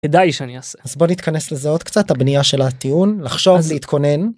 כדאי שאני אעשה אז בוא נתכנס לזה עוד קצת הבנייה של הטיעון לחשוב להתכונן.